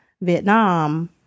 Vietnam